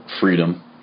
freedom